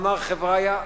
אמר: חבריה,